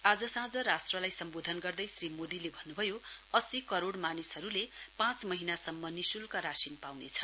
आज साँझ राष्ट्रलाई सम्बोधन गर्दै श्री मोदीले भन्नुभयो अस्सी करोड़ मानिसहरुले पाँच महीनासम्म विशुल्क राशिन पाउने छन्